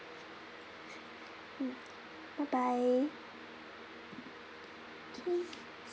mm bye bye K